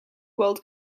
world